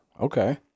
okay